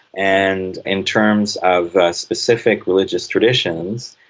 and in terms of specific religious traditions,